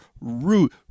root